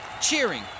cheering